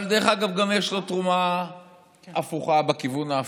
אבל, דרך אגב, גם יש לו תרומה הפוכה בכיוון ההפוך.